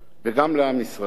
וגם לעם ישראל.